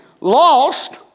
lost